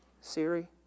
Siri